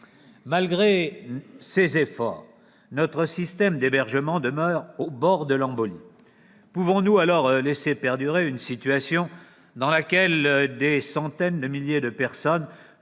Malgré ces efforts, notre système d'hébergement demeure au bord de l'embolie. Pouvons-nous laisser perdurer une situation dans laquelle des milliers de personnes,